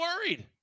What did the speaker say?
worried